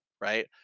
right